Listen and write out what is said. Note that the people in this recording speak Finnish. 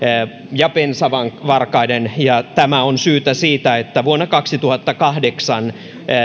ja ben savarkaiden ja tämän syy on siinä että vuonna kaksituhattakahdeksan vihreiden